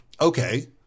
Okay